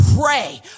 pray